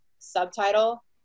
Subtitle